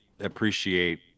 appreciate